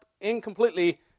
incompletely